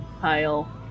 Kyle